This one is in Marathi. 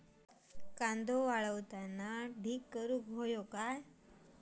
कांदो वाळवताना ढीग करून हवो काय?